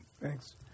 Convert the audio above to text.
Thanks